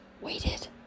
waited